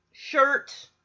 shirt